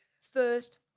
first